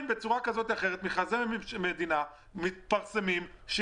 בצורה כזו או אחרת מכרזי מדינה עדיין מתפרסמים כאשר